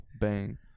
Bang